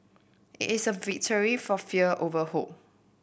it is a victory for fear over hope